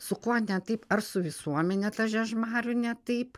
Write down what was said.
su kuo ne taip ar su visuomene ta žiežmarių ne taip